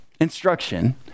instruction